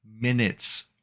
minutes